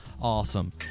Awesome